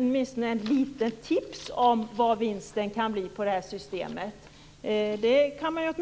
Åtminstone borde det gå att få ett litet tips om vad vinsten kan bli med det här systemet. Det kan man ju